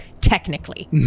technically